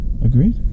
agreed